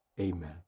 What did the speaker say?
Amen